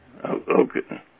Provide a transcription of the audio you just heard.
Okay